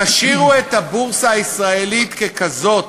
תשאירו את הבורסה הישראלית ככזאת